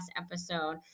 episode